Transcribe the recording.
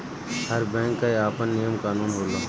हर bank कअ आपन नियम कानून होला